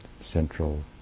central